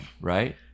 right